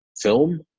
film